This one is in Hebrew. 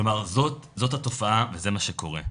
זאת התופעה וזה מה שקורה.